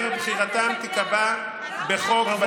שדרך בחירתם תיקבע בחוק בתי המשפט,